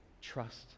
Trust